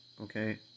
okay